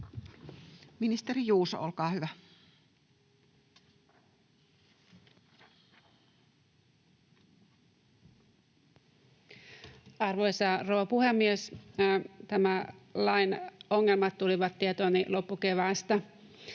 Ministeri Juuso, olkaa hyvä. Arvoisa rouva puhemies! Tämän lain ongelmat tulivat tietooni loppukeväästä